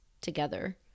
together